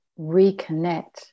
reconnect